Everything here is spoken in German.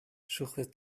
suche